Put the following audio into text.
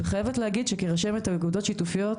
ואני חייבת להגיד שכרשמת אגודות שיתופיות,